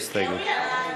מי נגד ההסתייגות?